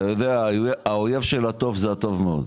אתה יודע, האויב של הטוב זה הטוב מאוד,